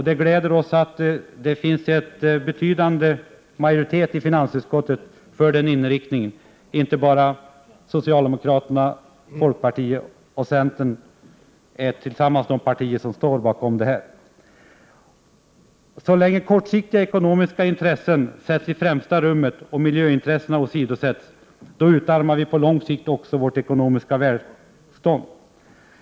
Det gläder oss att det finns en betydande majoritet i finansutskottet för den inriktningen. Inte bara socialdemokraterna, utan även folkpartiet och centern står tillsammans för denna inriktning. Så länge kortsiktiga ekonomiska intressen sätts i främsta rummet och miljöintressena åsidosätts, utarmar vi på lång sikt också vårt ekonomiska välstånd.